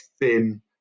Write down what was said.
thin